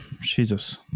Jesus